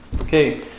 Okay